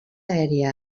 aèria